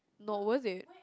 not worth it